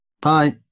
Bye